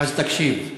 אז תקשיב.